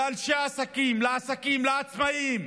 לאנשי העסקים, לעסקים, לעצמאים,